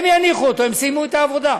הם יניחו אותו, הם סיימו את העבודה.